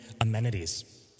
amenities